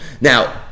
Now